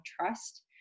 trust